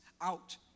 out